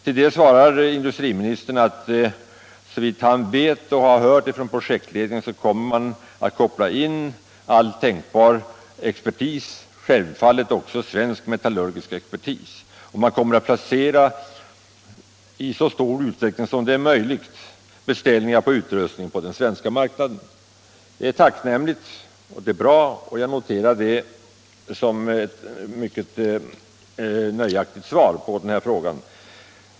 På det svarar industriministern att såvitt han vet — och har hört från projektledningen - kommer man att koppla in all tänkbar expertis, särskilt svensk metallurgisk expertis. Man kommer att i så stor utsträckning som möjligt placera beställningar av utrustning på den svenska marknaden. Det är tacknämligt och bra, och jag noterar det som ett mycket nöjaktigt svar på frågan.